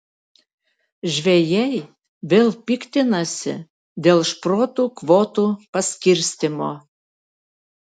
žvejai vėl piktinasi dėl šprotų kvotų paskirstymo